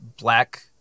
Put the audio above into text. black